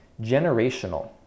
generational